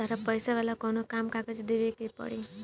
तहरा पैसा वाला कोनो काम में कागज देवेके के पड़ी